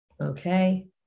okay